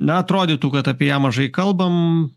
na atrodytų kad apie ją mažai kalbam